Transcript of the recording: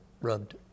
rubbed